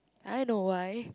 I know why